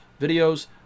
videos